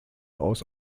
aus